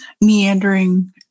Meandering